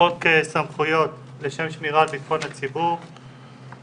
חוק סמכויות לשם שמירה על בטחון הציבור מ-2005,